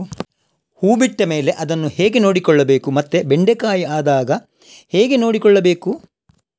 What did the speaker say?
ಹೂ ಬಿಟ್ಟ ಮೇಲೆ ಅದನ್ನು ಹೇಗೆ ನೋಡಿಕೊಳ್ಳಬೇಕು ಮತ್ತೆ ಬೆಂಡೆ ಕಾಯಿ ಆದಾಗ ಹೇಗೆ ನೋಡಿಕೊಳ್ಳಬೇಕು?